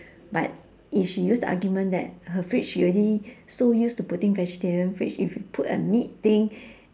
but if she use the argument that her fridge she already so used to putting vegetarian fridge if you put a meat thing